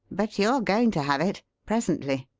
but you are going to have it presently.